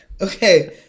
Okay